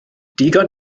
digon